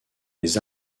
les